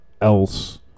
else